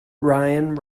ryan